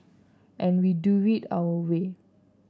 and we do it our way